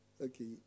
Okay